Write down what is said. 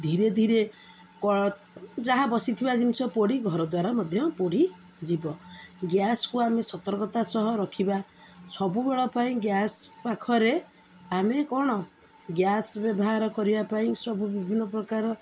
ଧୀରେ ଧୀରେ ଯାହା ବସିଥିବା ଜିନିଷ ପୋଡ଼ି ଘର ଦ୍ୱାରା ମଧ୍ୟ ପୋଡ଼ିଯିବ ଗ୍ୟାସକୁ ଆମେ ସତର୍କତା ସହ ରଖିବା ସବୁବେଳ ପାଇଁ ଗ୍ୟାସ ପାଖରେ ଆମେ କ'ଣ ଗ୍ୟାସ ବ୍ୟବହାର କରିବା ପାଇଁ ସବୁ ବିଭିନ୍ନ ପ୍ରକାର